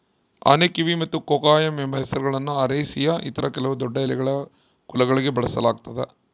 ಆನೆಕಿವಿ ಮತ್ತು ಕೊಕೊಯಮ್ ಎಂಬ ಹೆಸರುಗಳನ್ನು ಅರೇಸಿಯ ಇತರ ಕೆಲವು ದೊಡ್ಡಎಲೆಗಳ ಕುಲಗಳಿಗೆ ಬಳಸಲಾಗ್ತದ